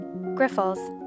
Griffles